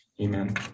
Amen